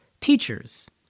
teachers